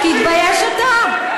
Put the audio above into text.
תתבייש אתה.